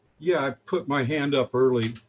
yeah, i put my hand up early,